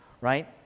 right